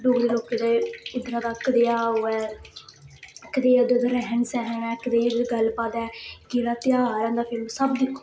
डोगरी लोक दे इद्धरा दा कदेहा ओह्ऐ क उद्धर रैह्न सैहन ऐ कदे गल्ल पात ऐ केह्ड़ा ध्यारें दा फ्ही सब दिक्खो